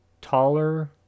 taller